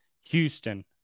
houston